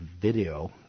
video